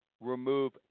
Remove